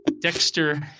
Dexter